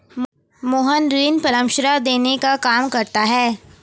मोहन ऋण परामर्श देने का काम करता है